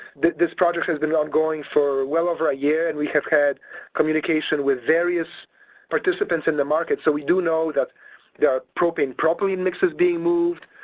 this project has been ongoing for well over a year and we have had communication with various participants in the market, so we do know that there are propane propylene mixes being moved.